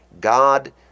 God